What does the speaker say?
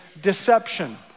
deception